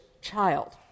child